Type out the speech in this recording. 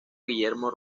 guillermo